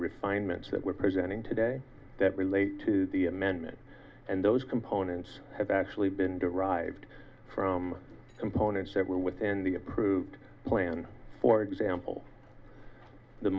refinements that we're presenting today that relate to the amendment and those components have actually been derived from components that were within the approved plan for example the